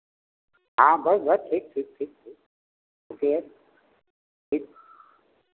हाँ बस बस ठीक ठीक ठीक ठीक ओके ठीक